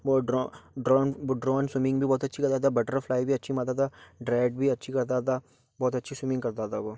वो ड्रॉ ड्रोन वो ड्रोन स्विमिंग भी बहुत अच्छी करता था बटरफ्लाई भी अच्छी मारता था ड्रैग भी अच्छी करता था बहुत अच्छी स्विमिंग करता था वो